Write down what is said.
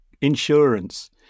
insurance